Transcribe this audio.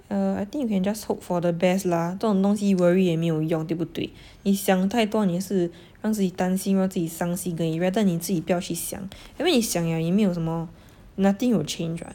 err I think you can just hope for the best lah 这种东西 worry 也没有用对不对你想太多你也是让自己担心让自己伤心而已 rather 你自己不要去想因为你想了也没有什么 nothing will change lah